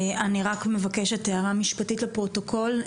אני רק מבקשת הערה משפטית לפרוטוקול,